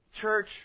church